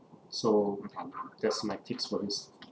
so that's my takes for this